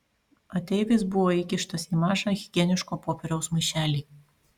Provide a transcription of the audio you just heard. ateivis buvo įkištas į mažą higieniško popieriaus maišelį